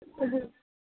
हाँ